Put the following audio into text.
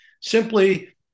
simply